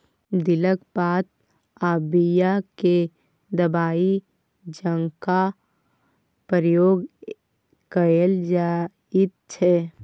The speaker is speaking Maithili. दिलक पात आ बीया केँ दबाइ जकाँ प्रयोग कएल जाइत छै